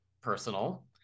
personal